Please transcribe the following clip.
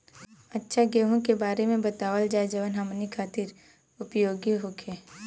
अच्छा गेहूँ के बारे में बतावल जाजवन हमनी ख़ातिर उपयोगी होखे?